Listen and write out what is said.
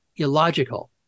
illogical